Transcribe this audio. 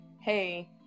hey